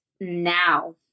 now